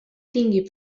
tingui